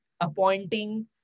appointing